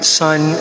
sun